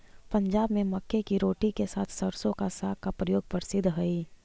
पंजाब में मक्के की रोटी के साथ सरसों का साग का प्रयोग प्रसिद्ध हई